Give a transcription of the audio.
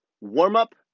Warm-up